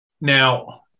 Now